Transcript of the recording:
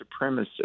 supremacist